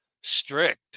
strict